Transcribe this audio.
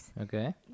Okay